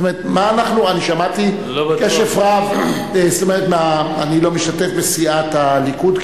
שמעתי בקשב רב, אני לא משתתף בסיעת הליכוד.